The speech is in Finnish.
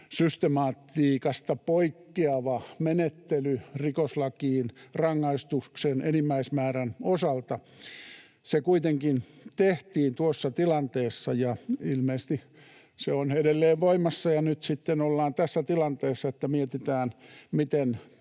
systematiikasta poikkeava menettely rikoslakiin rangaistuksen enimmäismäärän osalta. Se kuitenkin tehtiin tuossa tilanteessa, ja ilmeisesti se on edelleen voimassa, ja nyt sitten ollaan tässä tilanteessa, että mietitään, miten